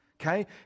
okay